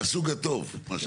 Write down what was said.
מהסוג הטוב מה שנקרא.